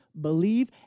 believe